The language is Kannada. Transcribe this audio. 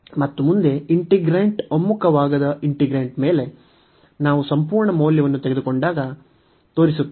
ಮತ್ತು ಮುಂದೆ ಒಮ್ಮುಖವಾಗದ ಇಂಟಿಗ್ರೇಂಟ್ ಮೇಲೆ ನಾವು ಸಂಪೂರ್ಣ ಮೌಲ್ಯವನ್ನು ತೆಗೆದುಕೊಂಡಾಗ ತೋರಿಸುತ್ತೇವೆ